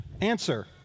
answer